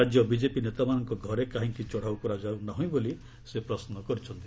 ରାଜ୍ୟ ବିଜେପି ନେତାମାନଙ୍କ ଘରେ କାହିଁକି ଚଢ଼ଉ କରାଯାଉ ନାହିଁ ବୋଲି ସେ ପ୍ରଶ୍ନ କରିଛନ୍ତି